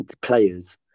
players